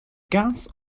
gas